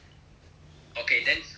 okay then 你要按 click mah